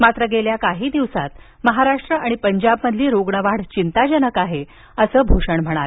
मात्र गेल्या काही दिवसात महाराष्ट्र आणि पंजाबमधली रुग्णवाढ चिंताजनक आहे असं भूषण यांनी सांगितलं